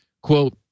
quote